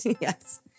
Yes